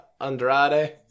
Andrade